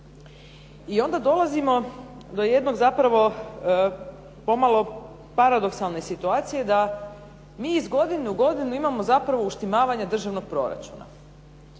I onda dolazimo do jednog zapravo pomalo paradoksalne situacije da mi iz godine u godinu imamo zapravo uštimavanje državnog proračuna.